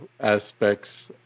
aspects